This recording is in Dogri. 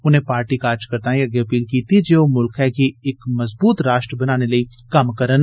उनें पार्टी कार्जकर्ताएं अग्गे अपील कीती जे ओह मुल्खै गी इक मजबूत राष्ट्र बनाने लेई कम्म करन